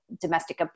domestic